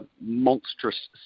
monstrous